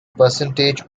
percentage